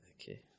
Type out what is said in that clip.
Okay